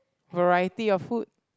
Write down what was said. variety of food